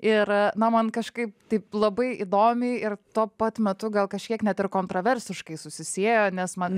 ir na man kažkaip taip labai įdomiai ir tuo pat metu gal kažkiek net ir kontroversiškai susisiejo nes man